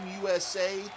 USA